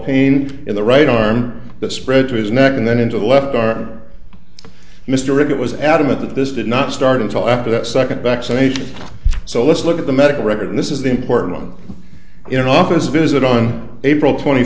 pain in the right arm that spread to his neck and then into the left arm mr it was adamant that this did not start until after that second vaccination so let's look at the medical records this is the important one in an office visit on april twenty